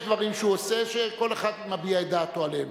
יש דברים שהוא עושה שכל אחד מביע את דעתו עליהם.